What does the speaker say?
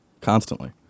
constantly